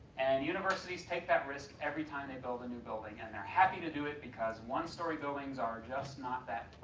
and universities take that risk every time they build a new building and they're happy to do it because one story buildings are just not that